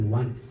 one